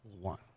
one